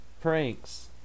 pranks